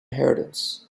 inheritance